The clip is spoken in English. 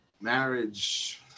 marriage